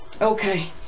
okay